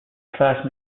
fast